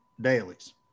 dailies